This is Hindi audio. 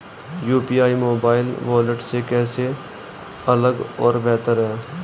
यू.पी.आई मोबाइल वॉलेट से कैसे अलग और बेहतर है?